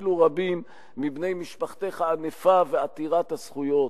אפילו רבים מבני משפחתך הענפה ועתירת הזכויות,